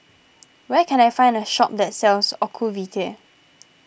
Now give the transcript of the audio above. where can I find a shop that sells Ocuvite